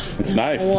it's nice.